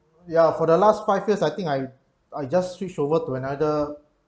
ya for the last five years I think I I just switched over to another